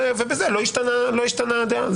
ובזה לא השתנתה הדעה.